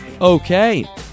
Okay